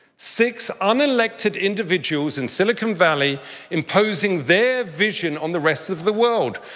six unelected individuals in silicon valley imposing their vision on the rest of the world.